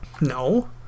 No